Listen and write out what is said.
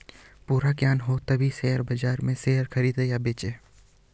पूरा ज्ञान हो तभी शेयर बाजार में शेयर खरीदे या बेचे